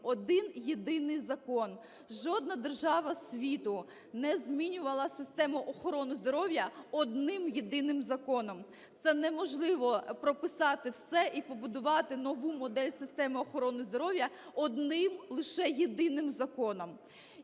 один єдиний закон. Жодна держава світу не змінювали систему охорони здоров'я одним єдиним законом, це неможливо прописати все і побудувати нову модель системи охорони здоров'я одним лише єдиним законом.